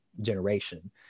generation